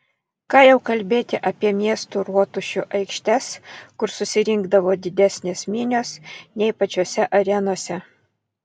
ką jau kalbėti apie miestų rotušių aikštes kur susirinkdavo didesnės minios nei pačiose arenose